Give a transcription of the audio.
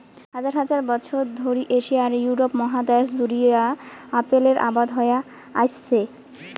হাজার হাজার বছর ধরি এশিয়া আর ইউরোপ মহাদ্যাশ জুড়িয়া আপেলের আবাদ হয়া আইসছে